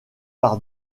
par